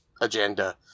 agenda